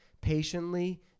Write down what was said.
patiently